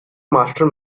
master